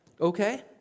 Okay